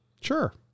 Sure